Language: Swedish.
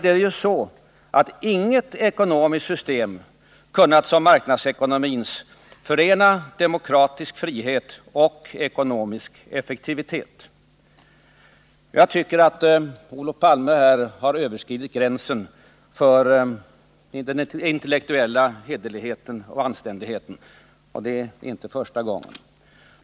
I själva verket har inget ekonomiskt system kunnat som marknadsekonomin förena demokratisk frihet och ekonomisk effektivitet. Jag tycker att Olof Palme här har överskridit gränsen för den intellektuella hederligheten och anständigheten, och det är inte första gången.